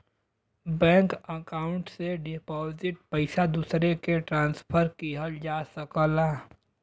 bank account से deposit पइसा दूसरे के ट्रांसफर किहल जा सकला